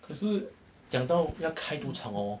可是讲到要开赌场哦